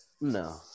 No